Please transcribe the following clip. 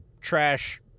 trash